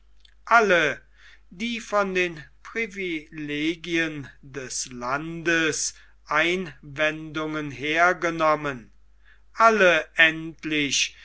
alle die von den privilegien des landes einwendungen hergenommen alle endlich